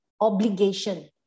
obligation